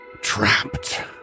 Trapped